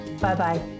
Bye-bye